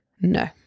No